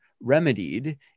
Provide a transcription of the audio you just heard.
remedied